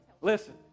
Listen